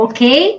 Okay